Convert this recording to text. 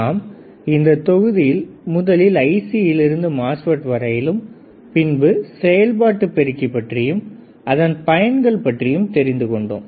நாம் இந்தத் தொகுதியில் முதலில் ICஇலிருந்து MOSFET வரையிலும் பின்பு செயல்பாட்டுப் பெருக்கி பற்றியும் அதன் பயன்கள் பற்றியும் தெரிந்து கொண்டோம்